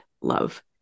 love